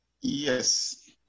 Yes